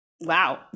wow